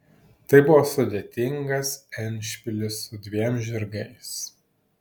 tai buvo sudėtingas endšpilis su dviem žirgais